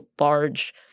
large